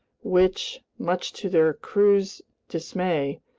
which, much to their crews' dismay,